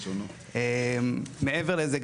מעבר לזה,